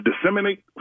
disseminate